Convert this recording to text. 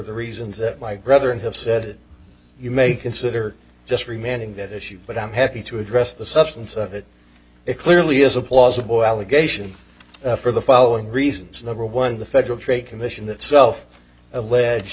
the reasons that my brother and have said you may consider just remaining that issue but i'm happy to address the substance of it it clearly is a plausible allegation for the following reasons number one the federal trade commission itself alleged